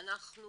אנחנו